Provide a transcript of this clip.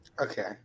okay